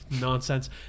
nonsense